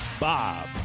Bob